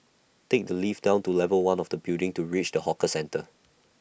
take the lift down to level one of the building to reach the hawker centre